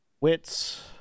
Wits